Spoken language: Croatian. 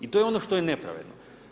I to je ono što je nepravedno.